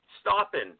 stopping